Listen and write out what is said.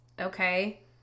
okay